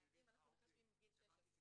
נהגים אנחנו מחשבים מגיל 16. אוקיי,